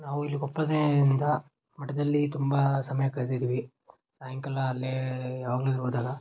ನಾವು ಇಲ್ಲಿ ಕೊಪ್ಪಳದಿಂದ ಮಠದಲ್ಲಿ ತುಂಬ ಸಮಯ ಕಳ್ದಿದೀವಿ ಸಾಯಂಕಾಲ ಅಲ್ಲಿಯೇ ಯಾವಾಗಲೂ ಹೋದಾಗ